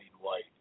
White